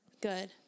Good